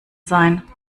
sein